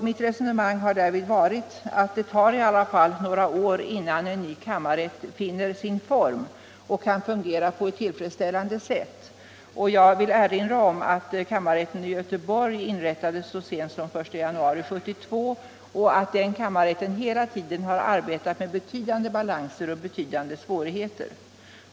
Mitt resonemang har därvid varit att det ändå tar några år innan en ny kammarrätt finner sin form och kan fungera tillfredsställande. Jag vill erinra om att kammarrätten i Göteborg inrättades så sent som den 1 januari 1972 och hela tiden har arbetat med betydande balanser och svårigheter.